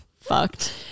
fucked